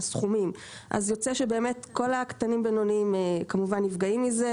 ויוצא שכל העסקים הקטנים והבינוניים נפגעים מזה,